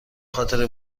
خاطر